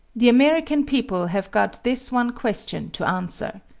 the american people have got this one question to answer.